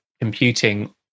computing